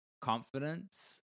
Confidence